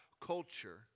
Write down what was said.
culture